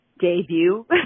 debut